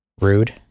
Rude